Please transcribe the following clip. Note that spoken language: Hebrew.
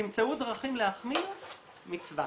תמצאו דרכים להחמיר מצווה.